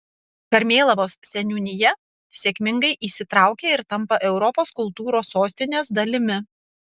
karmėlavos seniūnija sėkmingai įsitraukia ir tampa europos kultūros sostinės dalimi